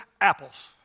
apples